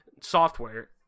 software